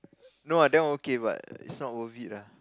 no ah that one okay but is not worth it lah